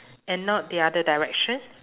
and not the other direction